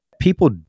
people